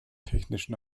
technischen